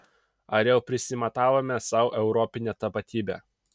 ar jau prisimatavome sau europinę tapatybę